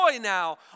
now